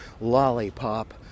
lollipop